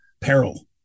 peril